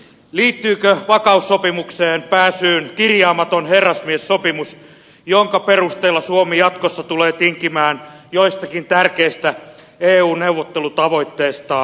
liittyykö vakuussopimukseen pääsyyn kirjaamaton herrasmiessopimus jonka perusteella suomi jatkossa tulee tinkimään joistakin tärkeistä eu neuvottelutavoitteistaan